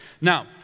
Now